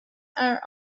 are